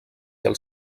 els